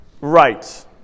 Right